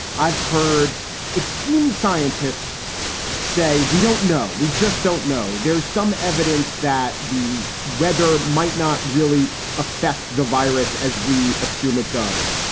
i've heard esteemed scientists say we don't know. we just don't know. there some evidence that the weather might not really affect the virus, as we assume it does.